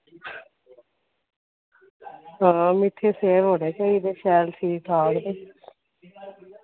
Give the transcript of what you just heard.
हां मिट्ठे सेब होने चाहिदे शैल ठीक ठाक ते